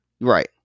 Right